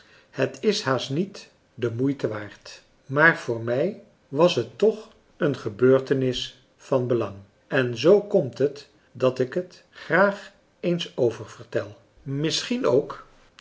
het is haast niet de moeite waard maar voor mij was het toch een gebeurtenis van belang en zoo komt het dat ik het graag eens oververtel misschien ook